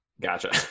Gotcha